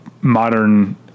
modern